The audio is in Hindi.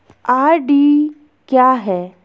आर.डी क्या है?